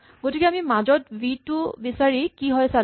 গতিকে আমি মাজত ভি টো বিচাৰি কি হয় চালো